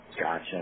Gotcha